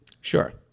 sure